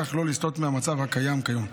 ובכך לא לסטות מהמצב הקיים כיום.